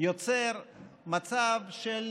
יוצר מצב של